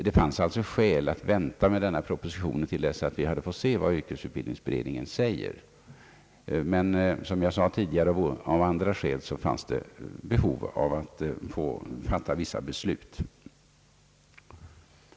Det fanns alltså skäl att vänta med denna proposition till dess vi fått se vad beredningen föreslår. Men av andra skäl fanns det, som jag redan sagt, behov att fatta vissa beslut.